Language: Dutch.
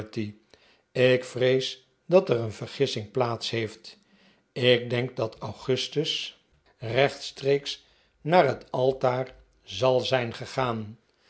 ik vrees dat er een vergissing plaats heeft ik denk dat augustus rechtstreeks naar het altaar zal zijn gegaan